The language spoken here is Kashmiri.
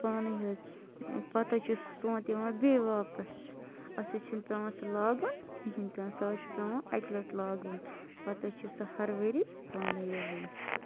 پانَے حظ پتہٕ حظ چھِ سُہ سونتہٕ یِوان بیٚیہِ واپَس اَسہِ حظ چھِنہٕ پٮ۪وان سُہ لاگُن کِہیٖنۍ تہِ نہٕ سُہ حظ چھِ پٮ۪وان اَکہِ لَٹہِ لاگُن پتہٕ حظ چھِ سُہ ہر ؤری پانَے یِوان